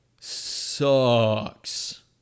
sucks